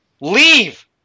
Leave